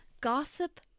gossip